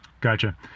Gotcha